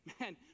man